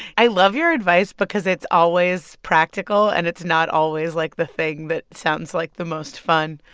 i love your advice because it's always practical and it's not always, like, the thing that sounds like the most fun,